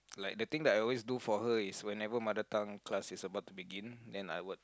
like the thing I always do for her is whenever mother tongue class is about to begin then I would